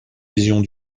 visions